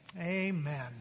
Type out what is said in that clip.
Amen